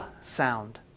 sound